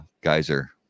geyser